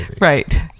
Right